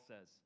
says